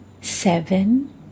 seven